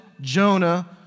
Jonah